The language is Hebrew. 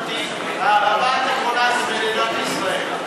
והערבה התיכונה זה מדינת ישראל.